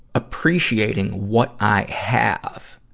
appreciating what i have,